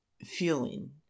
feeling